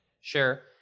Sure